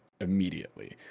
immediately